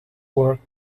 were